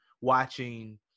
watching